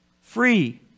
free